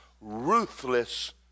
ruthless